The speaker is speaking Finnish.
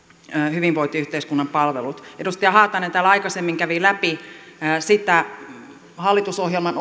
hyvinvointiyhteiskunnan palvelut edustaja haatainen täällä aikaisemmin kävi läpi sitä hallitusohjelman